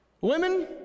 Women